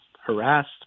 harassed